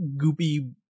goopy